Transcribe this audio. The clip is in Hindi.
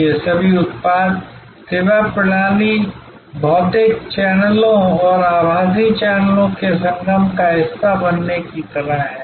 ये सभी उत्पाद सेवा प्रणाली भौतिक चैनलों और आभासी चैनलों के संगम का हिस्सा बनने की तरह हैं